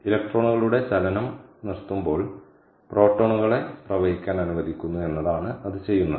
ഇലക്ട്രോണുകളുടെ ചലനം നിർത്തുമ്പോൾ പ്രോട്ടോണുകളെ പ്രവഹിക്കാൻ അനുവദിക്കുന്നു എന്നതാണ് അത് ചെയ്യുന്നത്